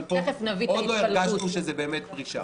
אבל פה עוד לא הרגשנו שזאת באמת פרישה.